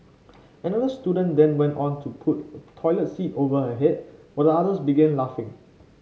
another student then went on to put a toilet seat over her head while the others began laughing